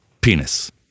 penis